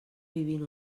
vivint